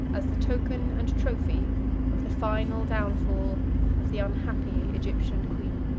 as the token and trophy of the final downfall of the unhappy egyptian queen.